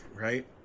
Right